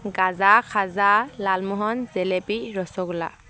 গাজা khaja lalmohan jalebi rasgulla